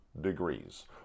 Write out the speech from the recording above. degrees